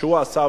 שהוא עשה,